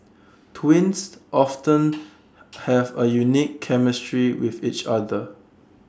twins often have A unique chemistry with each other